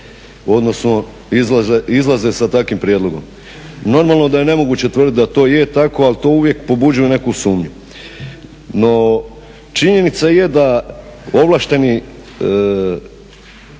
Odnosno izlaze sa takvim prijedlogom. Normalno da je nemoguće tvrditi da to je tako ali to uvijek pobuđuje neku sumnju. No, činjenica je da ovlaštene